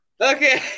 Okay